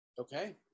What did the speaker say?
okay